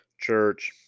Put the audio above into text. church